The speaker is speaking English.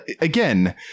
Again